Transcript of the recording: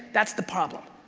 that's the problem.